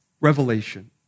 revelation